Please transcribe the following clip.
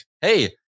Hey